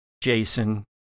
Jason